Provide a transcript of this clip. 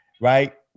right